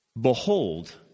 Behold